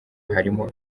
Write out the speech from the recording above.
harimo